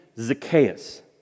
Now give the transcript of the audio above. Zacchaeus